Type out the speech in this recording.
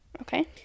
Okay